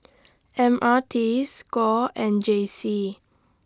M R T SCORE and J C